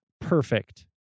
perfect